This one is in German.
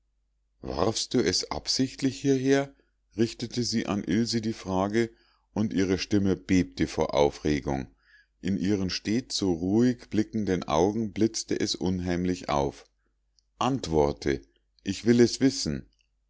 warfst du es absichtlich hierher richtete sie an ilse die frage und ihre stimme bebte vor aufregung in ihren stets so ruhig blickenden augen blitzte es unheimlich auf antworte ich will es wissen